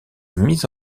mise